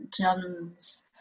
John's